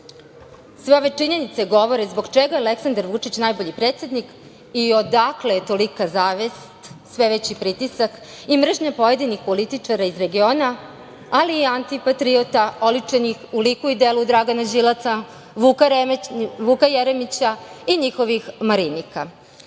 ove činjenice govore zbog čega je Aleksandar Vučić najbolji predsednik i odakle tolika zavist, sve veći pritisak i mržnja pojedinih političara iz regiona, ali i antipatriota oličenih u liku i delu Dragana Đilasa, Vuka Jeremića i njihovih